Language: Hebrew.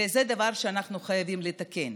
וזה דבר שאנחנו חייבים לתקן.